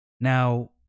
Now